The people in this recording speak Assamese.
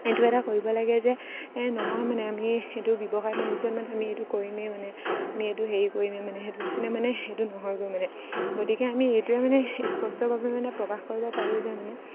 এইটো এটা কৰিব লাগে যে নহয় মানে আমি এইটো ব্যৱসায় বাণিজ্য মানে আমি এইটো কৰিমেই মানে আমি এইটো হেৰি কৰিমেই মানে সেইটো মানে মানে সেইটো নহয়গৈ মানে গতিকে আমি এইটোৱে মানে স্পষ্টভাৱে মানে প্ৰকাশ কৰিব পাৰোঁ যে মানে